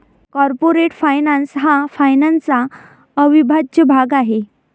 corporate finance हा फायनान्सचा अविभाज्य भाग आहे